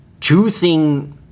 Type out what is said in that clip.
choosing